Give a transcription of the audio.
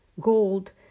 Gold